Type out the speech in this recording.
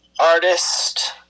artist